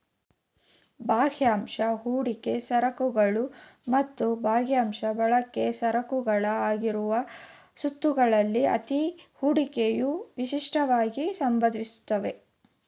ಭಾಗಶಃ ಹೂಡಿಕೆ ಸರಕುಗಳು ಮತ್ತು ಭಾಗಶಃ ಬಳಕೆ ಸರಕುಗಳ ಆಗಿರುವ ಸುತ್ತುಗಳಲ್ಲಿ ಅತ್ತಿ ಹೂಡಿಕೆಯು ವಿಶಿಷ್ಟವಾಗಿ ಸಂಭವಿಸುತ್ತೆ